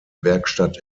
werkstatt